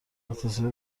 اقتصادی